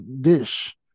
dish